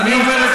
אז אני אומר,